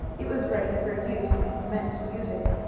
it was ready for use and he meant to use it.